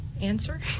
answer